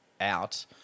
out